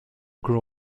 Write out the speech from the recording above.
grew